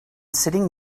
sitting